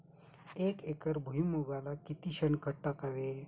एक एकर भुईमुगाला किती शेणखत टाकावे?